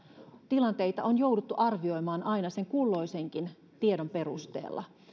tilanteita on jouduttu arvioimaan aina sen kulloisenkin tiedon perusteella